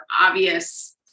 obvious